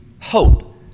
hope